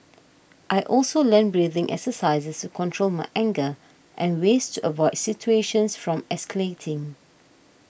I also learnt breathing exercises to control my anger and ways to avoid situations from escalating